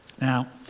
Now